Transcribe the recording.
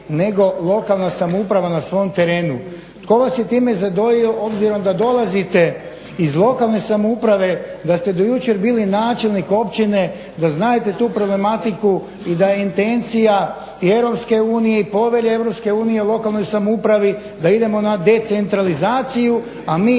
nego lokalna samouprava na svom terenu? Tko vas je time zadojio obzirom da dolazite iz lokalne samouprave, da ste do jučer bili načelnik općine, da znadete tu problematiku i da je intencija i EU i povelje EU o lokanoj samoupravi da idemo na decentralizaciju, a mi